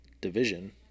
division